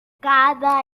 cada